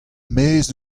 maez